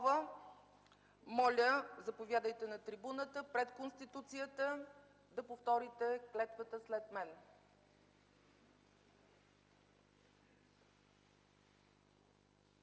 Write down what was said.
моля, заповядайте на трибуната и пред Конституцията повтаряйте клетвата след мен.